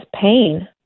pain